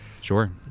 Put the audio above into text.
Sure